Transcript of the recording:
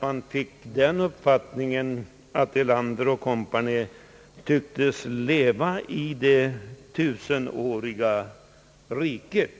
man den uppfattningen att herr Erlander och kompani tycktes leva i det tusenåriga riket.